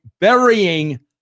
burying